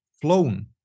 flown